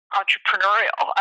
entrepreneurial